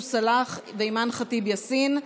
סונדוס סאלח ואימאן ח'טיב יאסין.